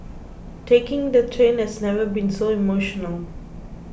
taking the train has never been so emotional